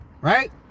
Right